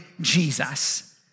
Jesus